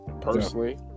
personally